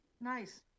nice